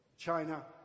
China